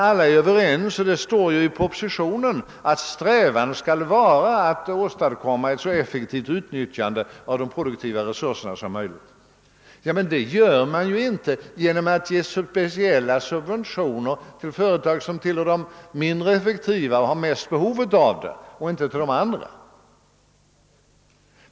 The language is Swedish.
Alla är överens om, och det står ju i propositionen, att strävan skall vara att åstadkomma ett så effektivt utnyttjande av de produktiva resurserna som möjligt. Men det gör man ju inte genom att ge speciella subventioner till företag som tillhör de mindre effektiva och som är mest i behov av stöd och inte till de andra.